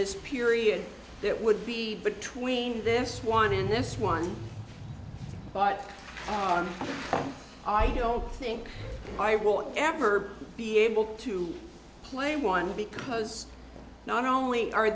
this period that would be between this one and this one but i you know think i will ever be able to play one because not only are